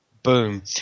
Boom